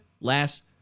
last